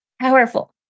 powerful